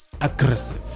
aggressive